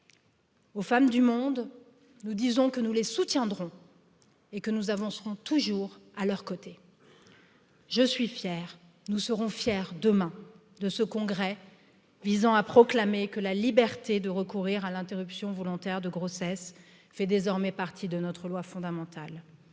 aux femmes du monde nous disons que nous les soutiendrons et que nous avancerons toujours à leurs côtés je suis fier nous serons fiers demain de ce congrès visant à proclamer que la liberté de recourir à l'interruption volontaire de grossesse fait désormais partie de notre loi fondamentale.